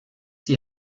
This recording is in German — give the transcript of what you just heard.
die